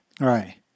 right